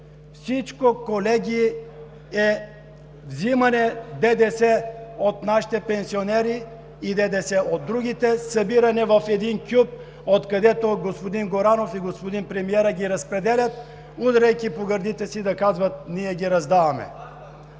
Всичко, колеги, е взимане ДДС от нашите пенсионери и ДДС от другите, събиране в един кюп, откъдето господин Горанов и господин премиерът ги разпределят, удряйки по гърдите си, казват: „Ние ги раздаваме.“